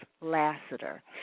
Lassiter